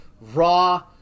raw